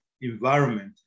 environment